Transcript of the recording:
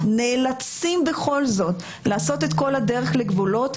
נאלצים בכל זאת לעשות את כל הדרך לגבולות,